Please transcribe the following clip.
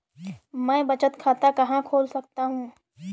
मैं बचत खाता कहाँ खोल सकता हूँ?